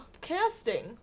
casting